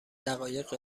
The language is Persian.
دقایق